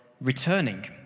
returning